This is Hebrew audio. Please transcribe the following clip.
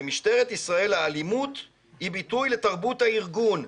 במשטרת ישראל האלימות היא ביטוי לתרבות הארגון.